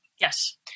Yes